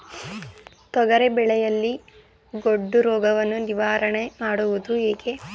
ತೊಗರಿ ಬೆಳೆಯಲ್ಲಿ ಗೊಡ್ಡು ರೋಗವನ್ನು ನಿವಾರಣೆ ಮಾಡುವುದು ಹೇಗೆ?